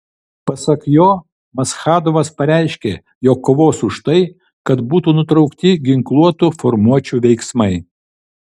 pasak jo maschadovas pareiškė jog kovos už tai kad būtų nutraukti ginkluotų formuočių veiksmai